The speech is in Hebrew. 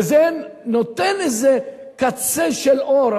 וזה נותן איזה קצה של אור.